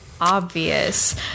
obvious